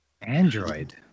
Android